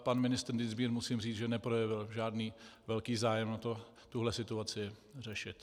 Pan ministr Dienstbier, musím říct, že neprojevil žádný velký zájem o to, tuhle situaci řešit.